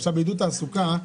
עידוד תעסוקה,